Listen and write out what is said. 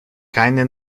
keine